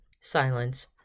silence